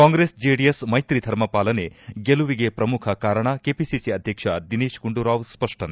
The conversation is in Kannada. ಕಾಂಗ್ರೆಸ್ ಜೆಡಿಎಸ್ ಮೈತ್ರಿ ಧರ್ಮಪಾಲನೆ ಗೆಲುವಿಗೆ ಪ್ರಮುಖ ಕಾರಣ ಕೆಪಿಸಿಸಿ ಅಧ್ಯಕ್ಷ ದಿನೇತ್ ಗುಂಡೂರಾವ್ ಸ್ಪಷ್ಟನೆ